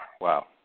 Wow